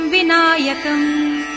Vinayakam